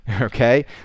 okay